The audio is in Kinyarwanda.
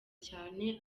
cyane